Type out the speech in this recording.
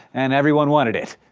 and everyone wanted it.